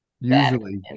Usually